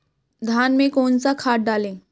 धान में कौन सा खाद डालें?